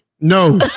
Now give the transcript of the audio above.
No